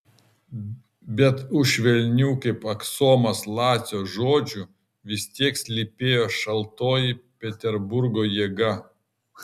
bet už švelnių kaip aksomas lacio žodžių vis tiek slypėjo šaltoji peterburgo jėga